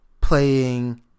playing